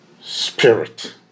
spirit